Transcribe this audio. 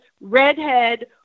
redhead